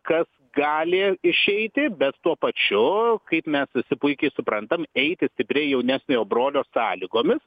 kas gali išeiti bet tuo pačiu kaip mes visi puikiai suprantam eiti stipriai jaunesniojo brolio sąlygomis